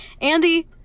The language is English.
Andy